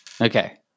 Okay